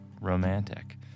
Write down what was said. romantic